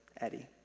Eddie